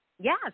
Yes